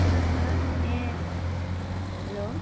sir hello